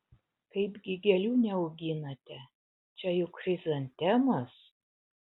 kaipgi gėlių neauginate čia juk chrizantemos